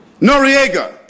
Noriega